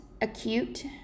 acute